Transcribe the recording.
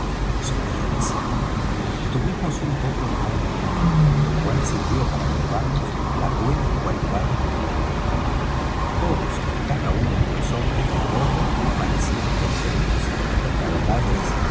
solía decir tuvimos un poco de mal tiempo lo cual sirvió para probarnos las buenas cualidades de la española todos y cada uno de los hombres de á bordo parecían contentos y la verdad es